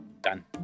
Done